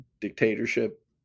dictatorship